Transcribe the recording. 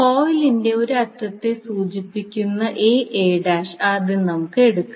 കോയിലിന്റെ 1 അറ്റത്തെ സൂചിപ്പിക്കുന്ന ആദ്യം നമുക്ക് എടുക്കാം